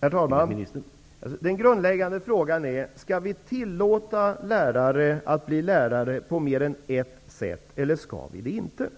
Herr talman! Den grundläggande frågan är: Skall vi tillåta lärare att bli lärare på mer än ett sätt eller skall vi det inte?